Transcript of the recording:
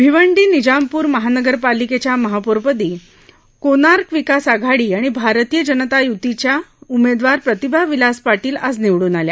भिवंडी निजामप्र महानगरपालिकेच्या महापौर पदी कोनार्क विकास आघाडी आणि भारतीय जनता पार्टी यूतीच्या उमेदवार प्रतीभा विलास पाटील आज निवडून आल्या